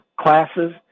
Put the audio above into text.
classes